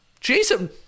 Jason